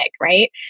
right